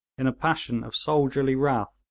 in a passion of soldierly wrath,